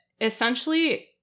essentially